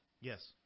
Yes